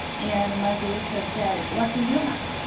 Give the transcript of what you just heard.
and and my director said, what do you have?